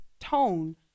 tone